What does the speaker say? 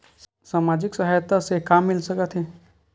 सामाजिक सहायता से का मिल सकत हे?